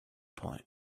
point